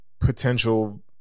potential